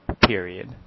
period